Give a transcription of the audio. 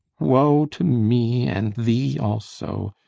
woe, to me and thee also,